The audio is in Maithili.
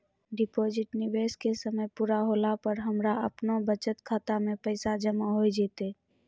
डिपॉजिट निवेश के समय पूरा होला पर हमरा आपनौ बचत खाता मे पैसा जमा होय जैतै?